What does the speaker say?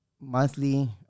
monthly